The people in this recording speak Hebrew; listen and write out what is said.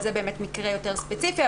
זה באמת מקרה יותר ספציפי,